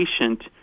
patient